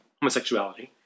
homosexuality